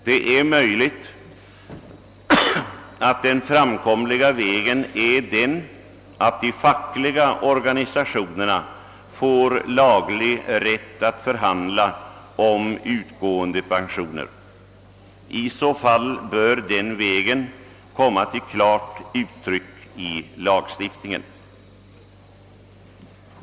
Det är möjligt att den bästa vägen är den över de fackliga organisationerna. I så fall bör den vägen klart anges i lagstiftningen.